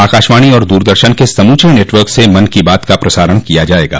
आकाशवाणी और दूरदर्शन के समूचे नेटवर्क से मन की बात का प्रसारण किया जाएगा